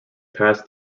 passed